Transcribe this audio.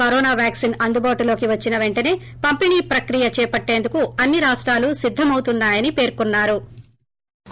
corona vaccine అందుబాటులోకి వచ్చిన పెంటనే పంపిణీ ప్రక్రీయ చేపట్టేందుకు అన్ని రాష్టాలు సిద్దమౌతున్నాయని పేర్కొన్నారు